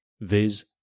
viz